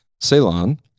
Ceylon